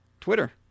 Twitter